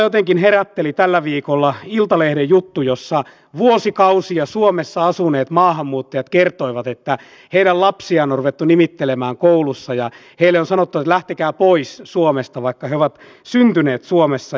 lopuksi vielä tästä suuresta itsehallintouudistuksesta mikä ei suoraan tietenkään ensi vuoden talousarviokirjaan niin merkittävässä määrin liity mutta se liittyy varmaan joka vuoden talousarviokirjaan seuraavien vuosien ja vuosikymmenten ajan